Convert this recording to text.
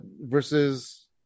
versus